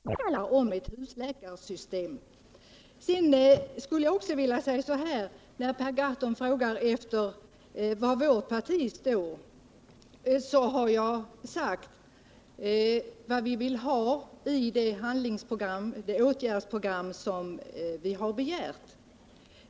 Herr talman! Till Per Gahrton skulle jag vilja säga att det vore intressant om han ville tala om var i Landstingsförbundets yttrande man talar om ett husläkarsystem. Per Gahrton frågar var vårt parti står, och jag har sagt vad vi vill ha i det åtgärdsprogram som vi har begärt.